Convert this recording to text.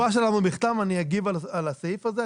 בתגובה שלנו בכתב אני אגיב על הסעיף הזה.